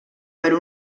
per